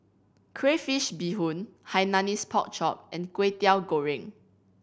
crayfish beehoon Hainanese Pork Chop and Kway Teow Goreng